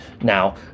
Now